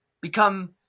become